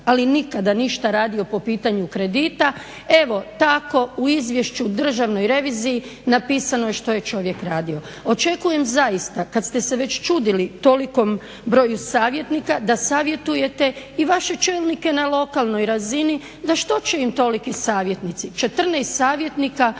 ali nikada ništa radio po pitanju kredita. Evo tako u izvješću Državnoj reviziji napisano je što je čovjek radio. Očekujem zaista kada ste se već čudili tolikom broju savjetnika da savjetujete i vaše čelnike na lokalnoj razini da što će im toliki savjetnici, 14 savjetnika košta